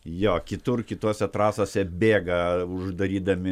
jo kitur kitose trasose bėga uždarydami